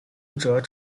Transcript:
读者